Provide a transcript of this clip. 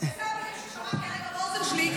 ואלה המילים ששמעתי הרגע באוזן שלי,